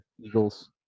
Eagles